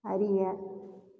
அறிய